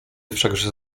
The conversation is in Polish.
wszakże